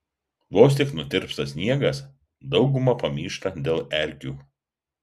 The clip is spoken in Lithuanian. vos tik nutirpsta sniegas dauguma pamyšta dėl erkių